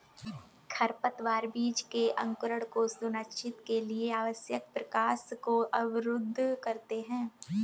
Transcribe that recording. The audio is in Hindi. खरपतवार बीज के अंकुरण को सुनिश्चित के लिए आवश्यक प्रकाश को अवरुद्ध करते है